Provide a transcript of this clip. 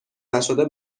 نشده